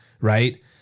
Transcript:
Right